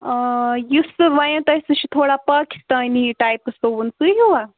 آ یُس تۄہہِ وایِن تۄہہِ سُہ چھِ تھوڑا پاکِستانی ٹایپَس سُوُن سُے ہیوٗا